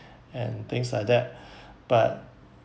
and things like that but